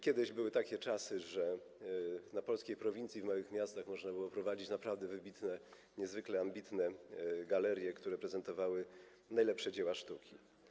Kiedyś były takie czasy, że na polskiej prowincji, w małych miastach można było prowadzić naprawdę wybitne, niezwykle ambitne galerie, które prezentowały najlepsze dzieła sztuki.